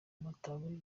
mataba